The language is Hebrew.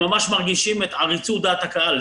ממש מרגישים את עריצות דעת הקהל.